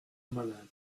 malade